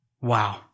Wow